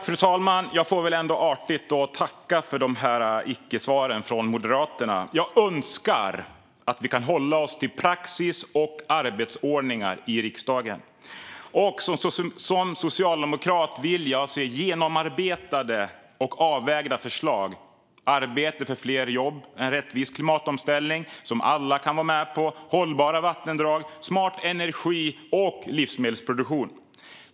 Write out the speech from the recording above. Fru talman! Jag får väl ändå artigt tacka för icke-svaren från Moderaterna. Jag önskar att vi kan hålla oss till praxis och arbetsordningar i riksdagen. Jag vill som socialdemokrat se genomarbetade och avvägda förslag, det vill säga arbete för fler jobb, en rättvis klimatomställning som alla kan vara med på, hållbara vattendrag, smart energi och livsmedelsproduktion.